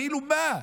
כאילו מה?